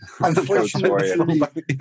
Unfortunately